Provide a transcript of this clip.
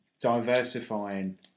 diversifying